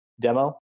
demo